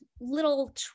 little